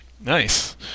Nice